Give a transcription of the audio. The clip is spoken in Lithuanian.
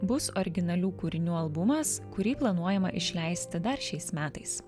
bus originalių kūrinių albumas kurį planuojama išleisti dar šiais metais